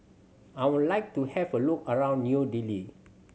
I would like to have a look around New Delhi